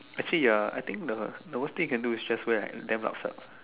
actually ya I think the the worst thing you can do is just wear like damn lap sup